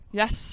yes